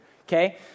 okay